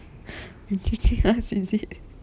they cheating us is it